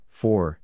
Four